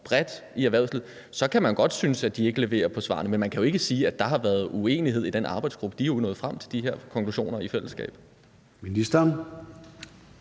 bredt i erhvervslivet. Så kan man godt synes, at de ikke leverer på svarene, men man kan ikke sige, at der har været uenighed i den arbejdsgruppe. De er jo nået frem til de her konklusioner i fællesskab.